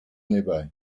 nearby